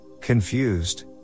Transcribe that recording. confused